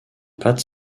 pattes